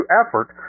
effort